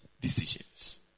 decisions